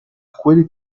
quelli